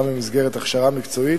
גם במסגרת הכשרה מקצועית,